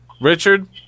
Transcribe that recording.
Richard